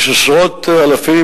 יש עשרות אלפים,